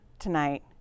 tonight